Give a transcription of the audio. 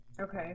Okay